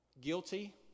guilty